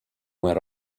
went